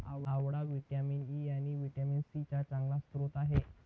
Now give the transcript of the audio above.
आवळा vitamin E आणि vitamin C चा चांगला स्रोत आहे